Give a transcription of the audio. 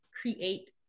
create